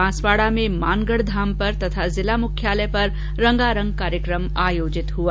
बांसवाड़ा में मानगढ धाम पर तथा जिला मुख्यालय पर रंगारंग कार्यक्रम आयोजित हुआ